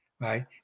right